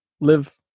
live